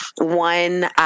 one